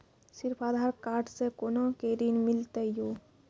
सिर्फ आधार कार्ड से कोना के ऋण मिलते यो?